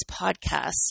podcasts